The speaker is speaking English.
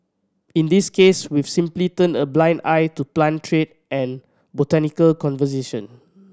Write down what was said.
in this case we've simply turned a blind eye to plant trade and botanical conservation